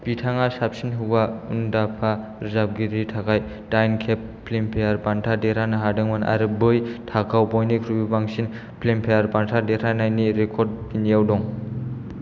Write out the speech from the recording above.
बिथाङा साबसिन हौवा उनदाम्फा रोजाबगिरिनि थाखाय दाइन खेब फिल्मफेयार बान्था देरहानो हादोंमोन आरो बै थाखोआव बयनिख्रुयबो बांसिन फिल्मफेयार बान्था देरहानायनि रेकर्ड बिनियाव दं